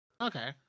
Okay